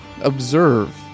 Observe